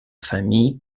famille